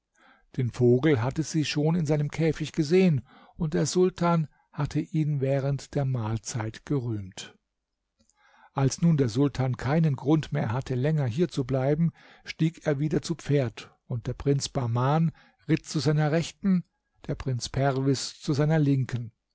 den vogel hatte sie schon in seinem käfig gesehen und der sultan hatte ihn während der mahlzeit gerühmt als nun der sultan keinen grund mehr hatte länger hier zu bleiben stieg er wieder zu pferd und der prinz bahman ritt zu seiner rechten der prinz perwis zu seiner linken